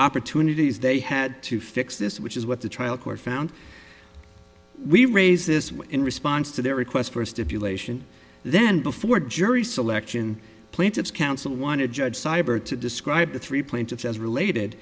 opportunities they had to fix this which is what the trial court found we raise this with in response to their request for a stipulation then before jury selection plaintiff's counsel wanted judge cyber to describe the three plaintiffs as related